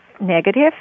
negative